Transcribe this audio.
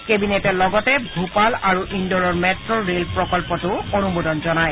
কেবিনেটে লগতে ভূপাল আৰু ইণ্ডোৰৰ মেট্ ৰেল প্ৰকল্পতো অনুমোদন জনায়